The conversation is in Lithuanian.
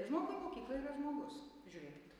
žmogui mokykla yra žmogus žiūrėkit